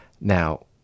Now